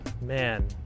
man